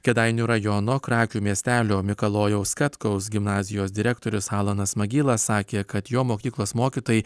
kėdainių rajono krakių miestelio mikalojaus katkaus gimnazijos direktorius alanas magyla sakė kad jo mokyklos mokytojai